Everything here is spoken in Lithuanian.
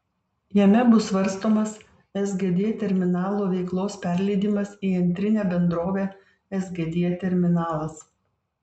jame bus svarstomas sgd terminalo veiklos perleidimas į antrinę bendrovę sgd terminalas